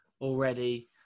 already